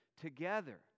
together